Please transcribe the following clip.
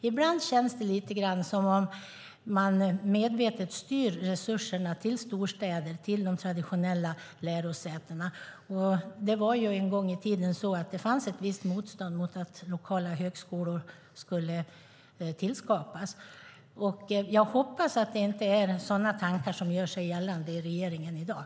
Ibland känns det lite grann som om man medvetet styr resurserna till storstäderna och de traditionella lärosätena. En gång i tiden fanns det ett visst motstånd mot att det skulle tillskapas lokala högskolor. Jag hoppas att det inte är sådana tankar som gör sig gällande i regeringen i dag.